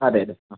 അതെ അതെ ആ